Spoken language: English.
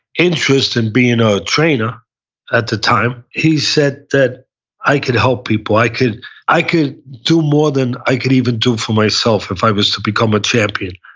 interest in being a trainer at the time, he said that i could help people, i could i could do more than i could even do for myself if i was to become a champion,